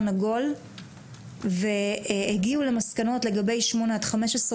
עגול והגיעו למסקנות לגבי שמונה עד 15,